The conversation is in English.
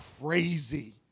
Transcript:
crazy